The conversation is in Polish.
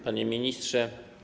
Panie Ministrze!